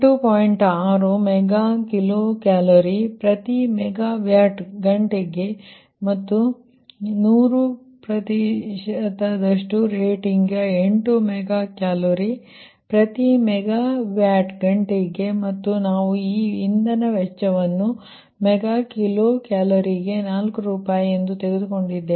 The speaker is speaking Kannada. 6 ಮೆಗಾ ಕಿಲೋ ಕ್ಯಾಲೋರಿ ಪ್ರತಿ ಮೆಗಾ ವ್ಯಾಟ್ ಗಂಟೆಗೆ ಮತ್ತು 100 ಪ್ರತಿಶತದಷ್ಟು ರೇಟಿಂಗ್ 8 ಮೆಗಾ ಕಿಲೋ ಕ್ಯಾಲೋರಿ ಪ್ರತಿ ಮೆಗಾ ವ್ಯಾಟ್ ಗಂಟೆಗೆ ಮತ್ತು ನಾವು ಈ ಇಂಧನ ವೆಚ್ಚವನ್ನು ಮೆಗಾ ಕಿಲೋ ಕ್ಯಾಲೋರಿಗೆ 4 ರೂಪಾಯಿ ಎಂದು ತೆಗೆದುಕೊಂಡಿದ್ದೇವೆ